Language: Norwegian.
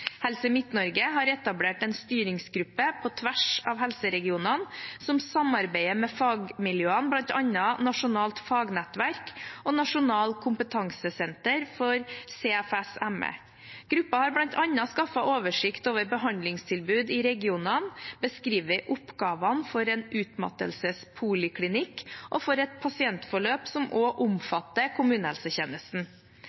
Helse Midt-Norge har etablert en styringsgruppe på tvers av helseregionene som samarbeider med fagmiljøene, bl.a. nasjonalt fagnettverk og Nasjonal kompetansetjeneste for CFS/ME. Gruppen har bl.a. skaffet oversikt over behandlingstilbud i regionene og beskrevet oppgaver for en utmattelsespoliklinikk og for et pasientforløp som